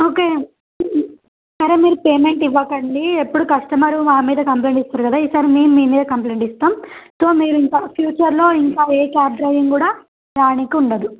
okay సరే మీరు payment ఇవ్వకండి ఎప్పుడు కస్టమరు మా మీద కంప్లైంట్ ఇస్తారు కదా ఈసారి మేము మీ మీద కంప్లైంట్ ఇస్తాం సో మీరు ఇంక ఫ్యూచర్లో ఇంక ఏ క్యాబ్ డ్రైవర్ కూడా రాడానికి ఉండదు